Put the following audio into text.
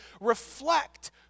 reflect